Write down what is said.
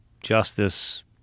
justice